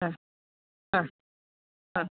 അ അ അ